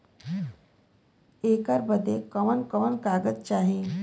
ऐकर बदे कवन कवन कागज चाही?